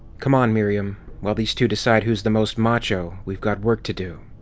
come on, miriam! while these two decide who's the most macho, weve got work to do!